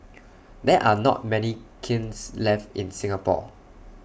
there are not many kilns left in Singapore